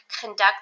conduct